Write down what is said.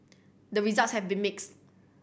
the results have been mixed